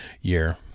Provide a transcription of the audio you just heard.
year